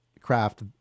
craft